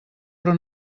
però